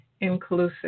inclusive